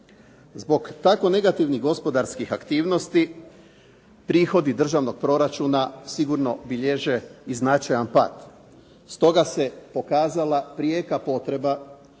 Zbog tako negativnih gospodarskih aktivnosti prihodi državnog proračuna sigurno bilježe i značajan pad, stoga se pokazala prijeka potreba